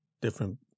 different